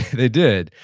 they did.